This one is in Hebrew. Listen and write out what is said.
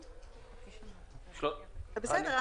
בסדר.